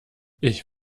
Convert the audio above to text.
ich